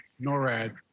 NORAD